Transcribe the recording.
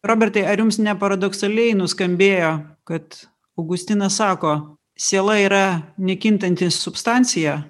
robertai ar jums ne paradoksaliai nuskambėjo kad augustinas sako siela yra nekintanti substancija